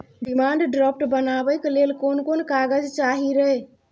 Demand draft बनाबैक लेल कोन कोन कागज चाही रे?